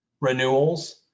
Renewals